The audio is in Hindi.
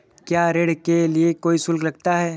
क्या ऋण के लिए कोई शुल्क लगता है?